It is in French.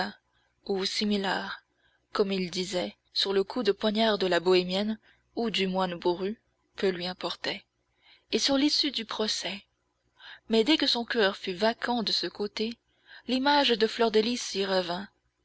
ou similar comme il disait sur le coup de poignard de la bohémienne ou du moine bourru peu lui importait et sur l'issue du procès mais dès que son coeur fut vacant de ce côté l'image de fleur de lys y revint